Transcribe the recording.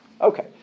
Okay